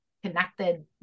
connected